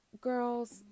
girls